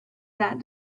that